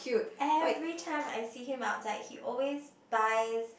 every time I see him outside he always buys